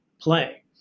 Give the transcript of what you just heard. play